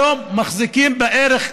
היום מחזיקים בערך,